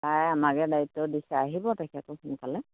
ছাৰে আমাকে দায়িত্ব দিছে আহিব তেখেতো সোনকালে